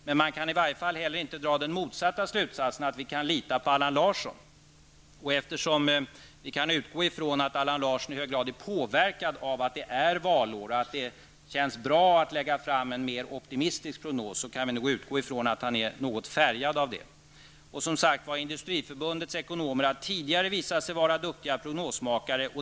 Men man kan inte heller dra den motsatta slutsatsen att vi kan lita på Allan Larsson. Eftersom vi kan utgå från att Allan Larsson i hög grad är påverkad att det är valår och att det känns bra att lägga fram en optimistisk prognos, kan vi nog utgå från att han är något färgad av detta. Industriförbundets ekonomer har tidigare visat sig vara duktiga prognosmakare.